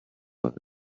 world